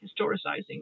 historicizing